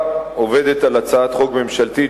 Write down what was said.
הממשלה עובדת על הצעת חוק ממשלתית,